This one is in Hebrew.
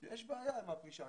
יש בעיה עם הפרישה.